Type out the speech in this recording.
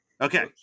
okay